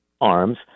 arms